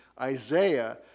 Isaiah